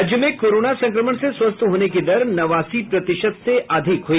राज्य में कोरोना संक्रमण से स्वस्थ होने की दर नवासी प्रतिशत से अधिक हुई